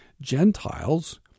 Gentiles